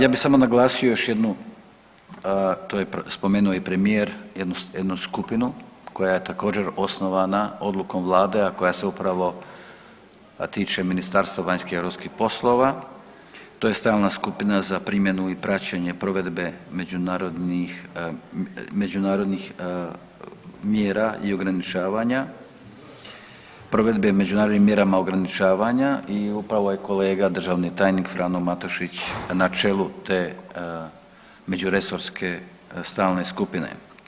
Ja bi samo naglasio još jednu, to je spomenuo i premijer, jednu skupinu koja je također osnovana odlukom vlade, a koja se upravo tiče Ministarstva vanjskih i europskih poslova, to je Stalna skupina za primjenu i praćenje provedbe međunarodnih, međunarodnih mjera i ograničavanja, provedbe međunarodnim mjerama ograničavanja i upravo je kolega državni tajnik Frano Matušić na čelu te međuresorske stalne skupine.